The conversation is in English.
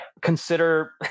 consider